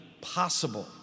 possible